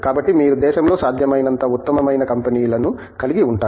కాబట్టి మీరు దేశంలో సాధ్యమైనంత ఉత్తమమైన కంపెనీలను కలిగి ఉంటారు